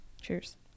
Cheers